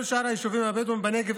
כל שאר היישובים הבדואיים בנגב,